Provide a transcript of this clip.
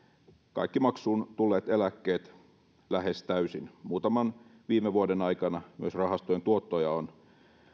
kaikki maksuun tulleet eläkkeet lähes täysin muutaman viime vuoden aikana myös rahastojen tuottoja on